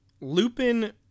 Lupin